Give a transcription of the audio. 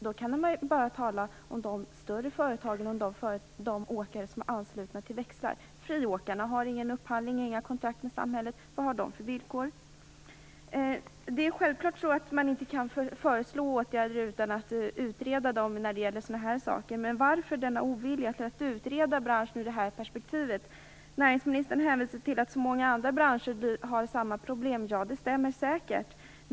Då kan man ju bara tala om de större företag och de åkare som är anslutna till växlar. Friåkarna har ingen upphandling och ingen kontakt med samhället. Vad har de för villkor? Det är självklart på det sättet att man inte kan föreslå åtgärder utan att utreda dem. Men varför denna ovilja till att utreda branschen ur detta perspektiv? Näringsministern hänvisar till att så många andra branscher har samma problem. Ja, det stämmer säkert.